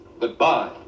Goodbye